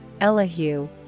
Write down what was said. Elihu